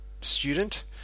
student